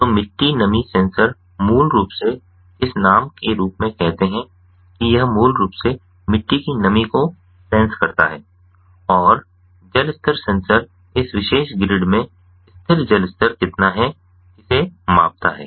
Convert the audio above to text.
तो मिट्टी नमी सेंसर मूल रूप से इस नाम के रूप में कहते हैं कि यह मूल रूप से मिट्टी की नमी को सेंस करता है और जल स्तर सेंसर इस विशेष ग्रिड में स्थिर जल स्तर कितना है इसे मापता है